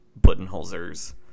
buttonholzers